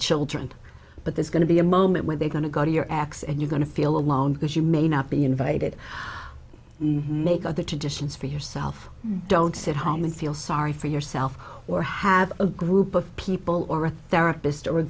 children but there's going to be a moment where they're going to go to your x and you're going to feel alone because you may not be invited to make other traditions for yourself don't sit home and feel sorry for yourself or have a group of people or a therapist or a